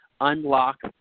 unlock